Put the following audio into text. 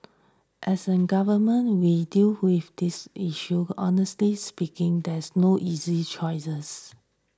as a government we deal with this issue honestly speaking this no easy choices